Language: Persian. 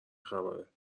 خبرهدختره